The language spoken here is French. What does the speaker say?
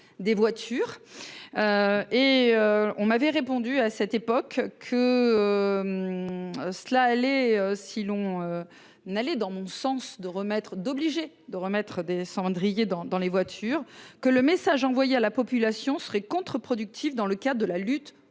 s'des voitures. Et on m'avait répondu à cette époque. Cela aller si l'on. N'aller dans mon sens, de remettre d'obligée de remettre des cendriers dans dans les voitures, que le message envoyé à la population serait contre-productif, dans le cadre de la lutte